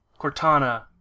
Cortana